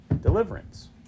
deliverance